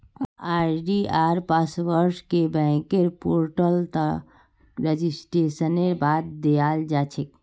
आई.डी.आर पासवर्डके बैंकेर पोर्टलत रेजिस्ट्रेशनेर बाद दयाल जा छेक